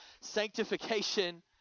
Sanctification